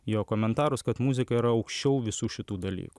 jo komentarus kad muzika yra aukščiau visų šitų dalykų